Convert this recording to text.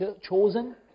chosen